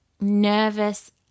nervous